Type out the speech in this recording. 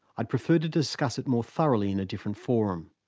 i'd prefer to discuss it more thoroughly in a different forum.